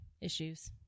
issues